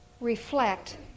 reflect